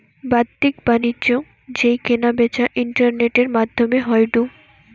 বাদ্দিক বাণিজ্য যেই কেনা বেচা ইন্টারনেটের মাদ্ধমে হয়ঢু